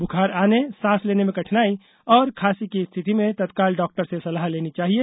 बुखार आने सांस लेने में कठिनाई होने और खांसी की स्थिति में तत्काल डॉक्टर से सलाह लेनी चाहिए